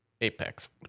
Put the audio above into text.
Apex